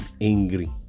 angry